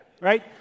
Right